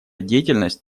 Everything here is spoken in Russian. деятельность